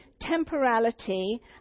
temporality